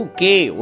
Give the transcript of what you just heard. Okay